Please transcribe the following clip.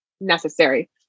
necessary